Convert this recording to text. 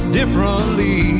Differently